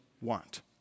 want